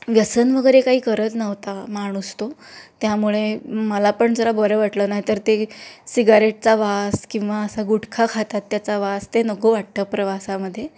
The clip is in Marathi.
व्यसन वगैरे काही करत नव्हता माणूस तो त्यामुळे मला पण जरा बरं वाटलं नाहीतर ते सिगारेटचा वास किंवा असा गुटखा खातात त्याचा वास ते नको वाटतं प्रवासामध्ये